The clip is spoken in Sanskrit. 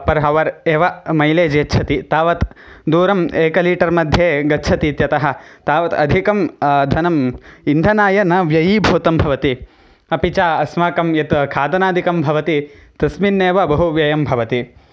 पर् हवर् एव मैलेज् यच्छति तावत् दूरम् एकलीटर्मध्ये गच्छतीत्यतः तावत् अधिकं धनम् इन्धनाय न व्ययीभूतं भवति अपि च अस्माकं यत् खादनादिकं भवति तस्मिन् एव बहु व्ययं भवति